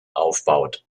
aufbaut